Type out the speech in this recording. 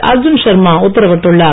அர்ஜுன் சர்மா உத்தரவிட்டுள்ளார்